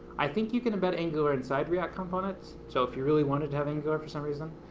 i think you can embed angular inside react components, so if you really wanted to have angular for some reason,